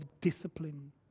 discipline